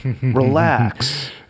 relax